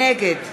נגד